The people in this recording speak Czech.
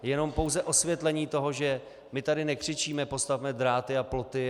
Jenom pouze osvětlení toho, že my tady nekřičíme: Postavme dráty a ploty!